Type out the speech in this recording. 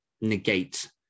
negate